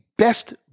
Best